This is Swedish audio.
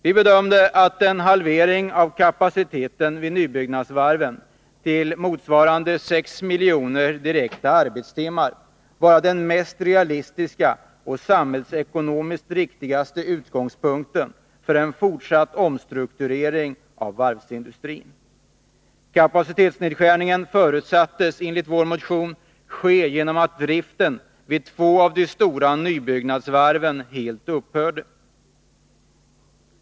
Vi bedömde att en halvering av kapaciteten vid nybyggnadsvarven till 6 miljoner direkta arbetstimmar var den mest realistiska och samhällsekonomiskt riktigaste utgångspunkten för en fortsatt omstrukturering av varvsindustrin. Kapacitetsnedskärningen förutsattes enligt vår motion ske genom att driften vid två av de stora nybyggnadsvarven helt upphörde.